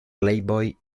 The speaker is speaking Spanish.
playboy